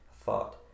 Thought